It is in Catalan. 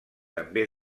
també